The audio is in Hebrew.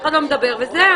אף אחד לא מדבר, וזהו.